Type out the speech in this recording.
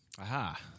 Aha